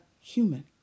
human